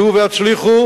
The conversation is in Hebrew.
עלו והצליחו.